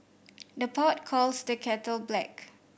the pot calls the kettle black